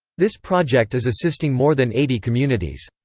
this project is assisting more than eighty communities.